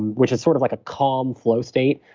which is sort of like a calm flow state,